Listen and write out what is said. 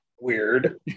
weird